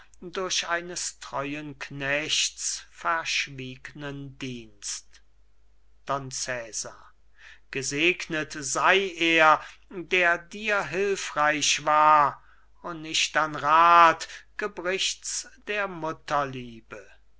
durch eines treuen knechts verschwiegnen dienst don cesar gesegnet sei er der dir hilfreich war o nicht an rath gebricht's der mutterliebe